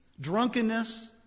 drunkenness